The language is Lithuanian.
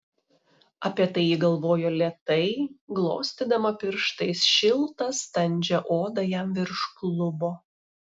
apie tai ji galvojo lėtai glostydama pirštais šiltą standžią odą jam virš klubo